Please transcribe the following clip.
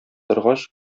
торгач